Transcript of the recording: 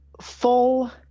full